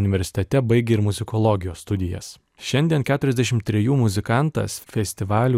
universitete baigė ir muzikologijos studijas šiandien keturiasdešim trejų muzikantas festivalių